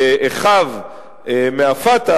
באחיו מה"פתח"